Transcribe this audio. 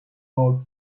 more